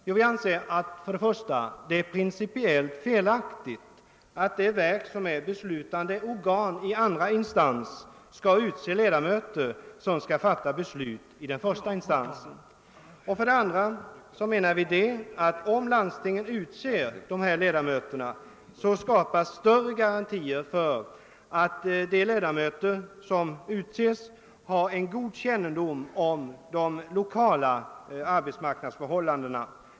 För det första tycker vi att det är principiellt felaktigt att det verk som är beslutande organ i andra instans skall utse ledamöter som skall fatta beslut i den första instansen. För det andra anser vi att om landstingen utser dessa ledamöter skapas större garantier för att de ledamöter som utses har god kännedom om den lokala arbetsmarknadssituationen.